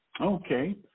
Okay